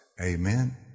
Amen